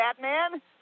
Batman